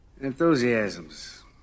Enthusiasms